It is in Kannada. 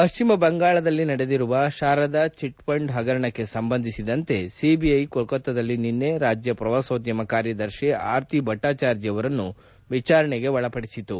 ಪಶ್ಚಿಮ ಬಂಗಾಳದಲ್ಲಿ ನಡೆದಿರುವ ಶಾರದ ಚಿಟ್ಫಂಡ್ ಹಗರಣಕ್ಕೆ ಸಂಬಂಧಿಸಿದಂತೆ ಸಿಬಿಐ ಕೊಲ್ಕತಾದಲ್ಲಿ ನಿನ್ನೆ ರಾಜ್ಯ ಪ್ರವಾಸೋದ್ಯಮ ಕಾರ್ಯದರ್ಶಿ ಆರ್ತಿ ಭಟ್ವಾಚಾರ್ಜಿ ಅವರನ್ನು ವಿಚಾರಣೆಗೆ ಒಳಪದಿಸಿತು